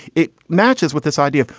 it matches with this idea.